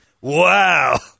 Wow